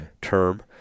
term